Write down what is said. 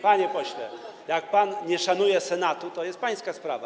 Panie pośle, jak pan nie szanuje Senatu, to jest pańska sprawa.